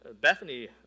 Bethany